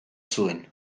zuen